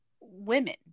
women